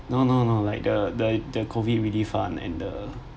no no no like the the the COVID relief fund and the